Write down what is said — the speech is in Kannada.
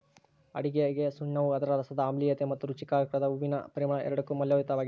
ಅಡುಗೆಗಸುಣ್ಣವು ಅದರ ರಸದ ಆಮ್ಲೀಯತೆ ಮತ್ತು ರುಚಿಕಾರಕದ ಹೂವಿನ ಪರಿಮಳ ಎರಡಕ್ಕೂ ಮೌಲ್ಯಯುತವಾಗ್ಯದ